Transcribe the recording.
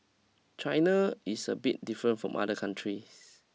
China is a bit different from other countries